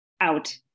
out